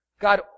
God